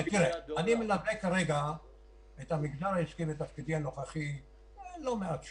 בתפקידי הנוכחי אני מלווה את המגזר העסקי לא מעט שנים.